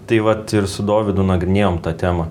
tai vat ir su dovydu nagrinėjom tą temą